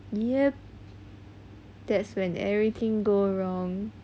yup that's when everything go wrong